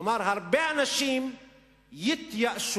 כלומר, הרבה אנשים יתייאשו,